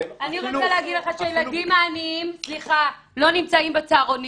אני רוצה להגיד לך שהילדים העניים לא נמצאים בצהרונים.